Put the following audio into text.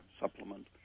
supplement